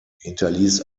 hinterließ